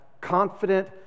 confident